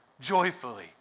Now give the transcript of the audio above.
joyfully